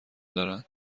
دارن